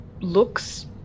looks